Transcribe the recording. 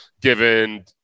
given